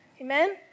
Amen